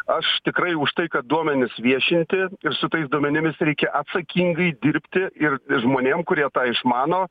aš tikrai už tai kad duomenis viešinti ir su tais duomenimis reikia atsakingai dirbti ir žmonėm kurie išmano